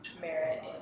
merit